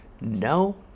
No